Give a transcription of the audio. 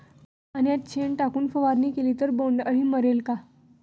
पाण्यात शेण टाकून फवारणी केली तर बोंडअळी मरेल का?